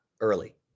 early